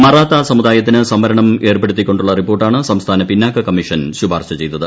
മറാത്ത് സ്സ്മുദായത്തിന് സംവരണം ഏർപ്പെടുത്തിക്കൊണ്ടുള്ള റിപ്പോർട്ടാണ് സംസ്ഥാന പിന്നാക്ക കമ്മീഷൻ ശുപാർശ ചെയ്തത്